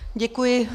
Děkuji.